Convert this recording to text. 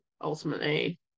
ultimately